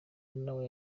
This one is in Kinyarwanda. nawe